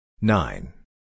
Nine